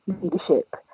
leadership